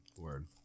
word